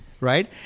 Right